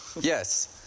Yes